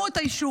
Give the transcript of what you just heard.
תנו את האישור.